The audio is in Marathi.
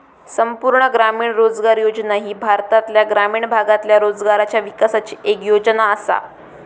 संपूर्ण ग्रामीण रोजगार योजना ही भारतातल्या ग्रामीण भागातल्या रोजगाराच्या विकासाची येक योजना आसा